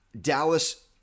Dallas